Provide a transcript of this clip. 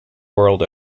world